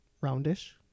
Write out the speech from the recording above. Roundish